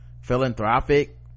philanthropic